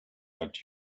that